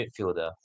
midfielder